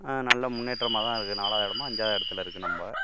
நல்ல முன்னேற்றமாக தான் இருக்கு நாலாவது இடமா அஞ்சாவது இடத்துல இருக்கு நம்ம